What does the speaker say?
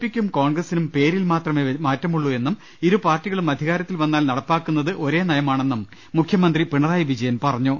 പിക്കും കോൺഗ്രസ്സിനും പേരിൽ മാത്രമേ മാറ്റമുള്ളൂ എന്നും ഇരുപാർട്ടികളും അധികാരത്തിൽ വന്നാൽ നടപ്പാക്കു ന്നത് ഒരേ നയമാണെന്നും മുഖ്യമന്ത്രി പിണറായി വിജയൻ പറ ഞ്ഞു